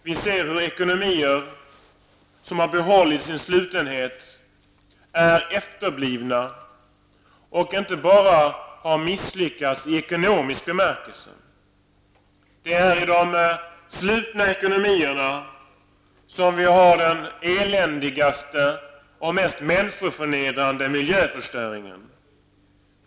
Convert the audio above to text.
Vi ser hur ekonomier som behållit sin slutenhet är efterblivna och inte bara har misslyckats i ekonomisk bemärkelse. Det är i de slutna ekonomierna som vi ser den eländigaste och mest människoförnedrande miljöförstörelsen.